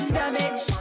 damage